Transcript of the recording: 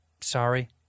sorry